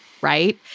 right